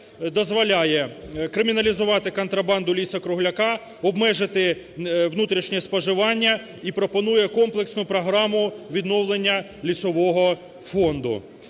дозволяє криміналізувати контрабанду лісу-кругляка, обмежити внутрішнє споживання і пропонує комплексну програму відновлення лісового фонду.